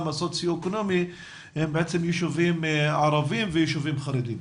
הסוציואקונומי הם בעצם יישובים ערבים ויישובים חרדים,